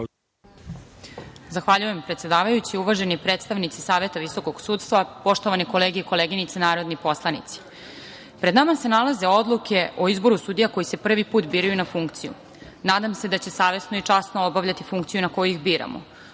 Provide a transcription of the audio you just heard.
Zahvaljujem, predsedavajući. Uvaženi predstavnici Saveta visokog sudstva, poštovane kolege i koleginice narodni poslanici, pred nama se nalaze odluke o izboru sudija koji se prvi put biraju na funkciju. Nadam se da će savesno i časno obavljati funkciju na koju ih